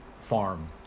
farm